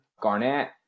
Garnett